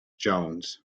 jones